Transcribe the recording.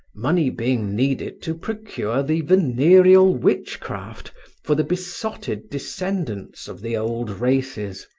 money being needed to procure the venereal witchcraft for the besotted descendants of the old races.